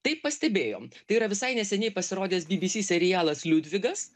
taip pastebėjom tai yra visai neseniai pasirodęs bbc serialas liudvigas